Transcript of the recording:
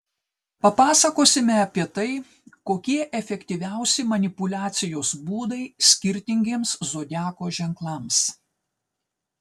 papasakosime apie tai kokie efektyviausi manipuliacijos būdai skirtingiems zodiako ženklams